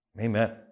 Amen